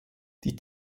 die